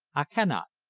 i canna,